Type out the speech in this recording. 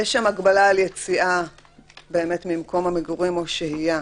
יש שם הגבלה על יציאה ממקום המגורים או שהייה